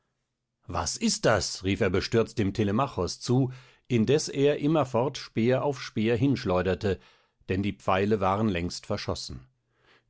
was ist das rief er bestürzt dem telemachos zu indes er immerfort speer auf speer hinschleuderte denn die pfeile waren längst verschossen